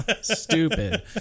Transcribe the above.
Stupid